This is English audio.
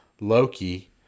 Loki